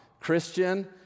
Christian